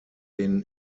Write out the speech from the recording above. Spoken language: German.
den